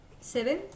Seven